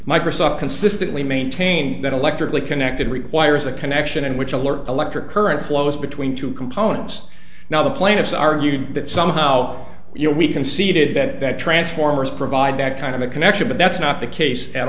microsoft consistently maintains that electrically connected requires a connection in which alert electric current flow between two components now the plaintiffs argue that somehow you know we conceded that transformers provide that kind of a connection but that's not the case at